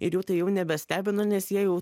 ir jau tai jų nebestebino nes jie jau